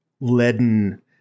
leaden